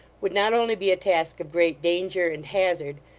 would not only be a task of great danger and hazard,